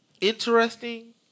interesting